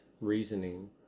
reasoning